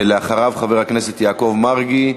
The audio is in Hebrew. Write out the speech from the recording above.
אחריו, חבר הכנסת יעקב מרגי.